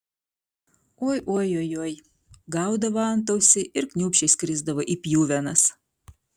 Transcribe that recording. oi oi joj joj gaudavo antausį ir kniūpsčias krisdavo į pjuvenas